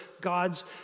God's